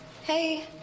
Hey